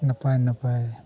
ᱱᱟᱯᱟᱭ ᱱᱟᱯᱟᱭ